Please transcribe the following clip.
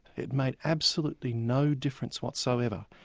it made absolutely no difference whatsoever.